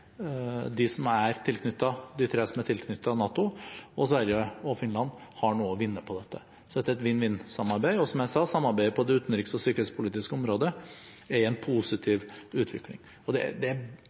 de tre som er tilknyttet NATO, og Sverige og Finland har noe å vinne på dette. Så dette er et vinn-vinn-samarbeid, og, som jeg sa, samarbeidet på det utenriks- og sikkerhetspolitiske området er i en